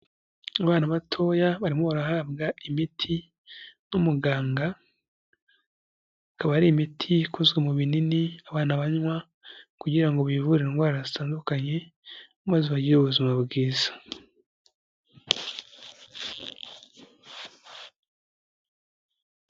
Abana batoya barimo barahabwa imiti n'umuganga, akaba ari imiti ikozwe mu binini abana banywa kugira ngo bivure indwara zitandukanye maze bagire ubuzima bwiza.